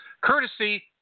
courtesy